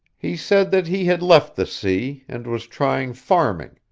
he said that he had left the sea, and was trying farming,